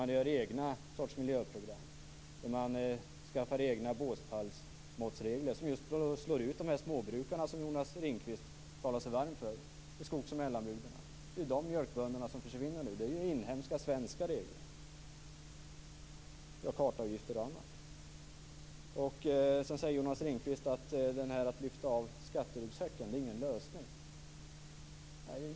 Man gör egna miljöprogram, man inför egna båspallsmåttsregler som slår ut småbrukarna, som Jonas Ringqvist talar sig varm för, i skogs och mellanbygderna. Det är ju dessa mjölkbönder som försvinner. Det handlar om inhemska, svenska regler om kartavgifter och annat. Sedan säger Jonas Ringqvist att det inte är någon lösning att lyfta av skatteryggsäcken.